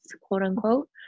quote-unquote